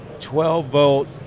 12-volt